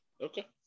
okay